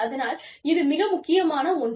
அதனால் இது மிக முக்கியமான ஒன்று